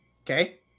Okay